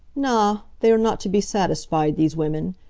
na, they are not to be satisfied, these women!